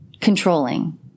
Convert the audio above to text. controlling